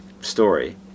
story